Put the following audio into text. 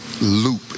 loop